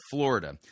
Florida